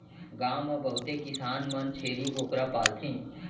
गॉव म बहुते किसान मन छेरी बोकरा पालथें